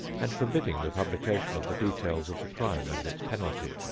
and forbidding the publication of the details of the crime and its penalty.